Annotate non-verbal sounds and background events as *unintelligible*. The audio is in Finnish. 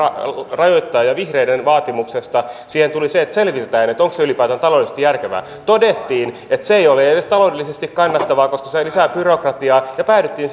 rajoittaa ja vihreiden vaatimuksesta siihen tuli se että selvitetään onko se ylipäätään taloudellisesti järkevää todettiin että se ei ole edes taloudellisesti kannattavaa koska se lisää byrokratiaa ja päädyttiin *unintelligible*